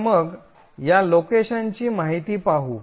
तर मग या लोकेशनची माहिती पाहू